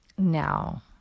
Now